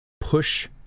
Push